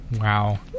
wow